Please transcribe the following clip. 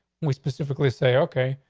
we specifically say ok,